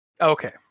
Okay